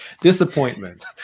disappointment